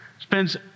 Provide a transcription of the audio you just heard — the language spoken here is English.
Spends